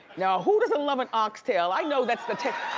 now, who doesn't love an oxtail? i know that's the oh.